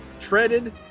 treaded